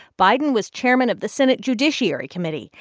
biden was chairman of the senate judiciary committee,